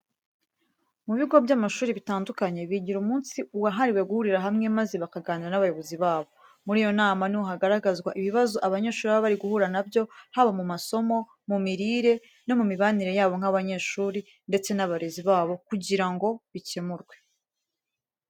Mu bigo by'amashuri bitandukanye bigira umunsi wahariwe guhurira hamwe maze bakaganira n'abayobozi babo. Muri iyo nama ni ho hagaragazwa ibibazo abanyeshuri baba bari guhura na byo haba mu masomo, mu mirire no mu mibanire yabo nk'abanyeshuri ndetse n'abarezi babo kugira ngo bikemurwe.